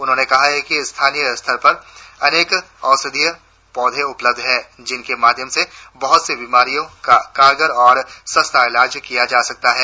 उन्होंने कहा कि स्थानीय स्तर पर अनेक औषधीय पौधे उपलब्ध है जिनके माध्यम से बहत सी बीमारियों का कारगर और सस्ता इलाज किया जा सकता है